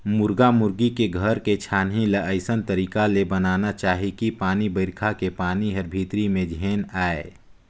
मुरगा मुरगी के घर के छानही ल अइसन तरीका ले बनाना चाही कि पानी बइरखा के पानी हर भीतरी में झेन आये